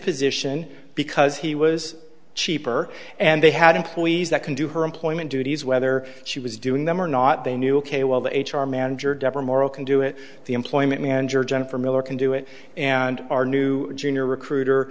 position because he was cheaper and they had employees that can do her employment duties whether she was doing them or not they knew ok well the h r manager deborah morell can do it the employment manager jennifer miller can do it and our new junior recruiter